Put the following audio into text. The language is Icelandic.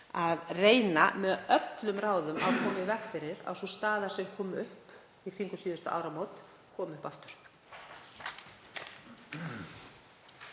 að reyna með öllum ráðum að koma í veg fyrir að sú staða sem kom upp í kringum síðustu áramót komi upp aftur.